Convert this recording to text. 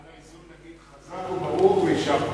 למען האיזון, חזק וברוך ויישר כוח,